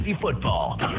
football